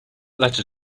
letter